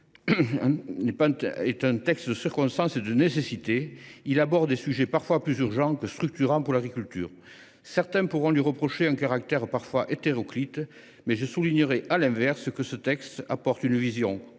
est aussi un texte de circonstance et de nécessité. Il aborde des sujets parfois plus urgents que structurants pour l’agriculture. Certains pourront lui reprocher un caractère parfois hétéroclite, mais je soulignerais, à l’inverse, qu’il apporte une vision